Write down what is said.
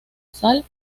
sal